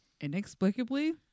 inexplicably